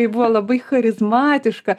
ji buvo labai charizmatiška